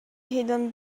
hidden